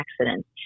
accidents